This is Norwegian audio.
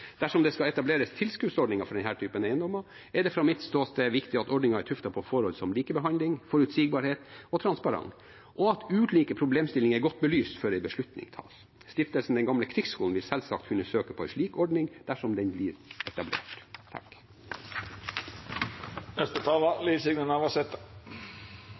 Dersom det skal etableres tilskuddsordninger for denne type eiendommer, er det fra mitt ståsted viktig at ordningen er tuftet på forhold som likebehandling, forutsigbarhet og transparens, og at ulike problemstillinger er godt belyst før en beslutning tas. Stiftelsen Den Gamle Krigsskole vil selvsagt kunne søke på en slik ordning dersom den blir etablert.